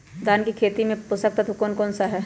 धान की खेती में पोषक तत्व कौन कौन सा है?